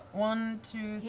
one, two,